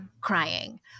crying